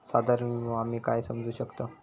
साधारण विमो आम्ही काय समजू शकतव?